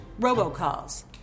robocalls